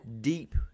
Deep